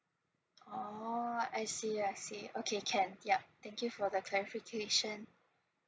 oo I see I see okay can yup thank you for the clarification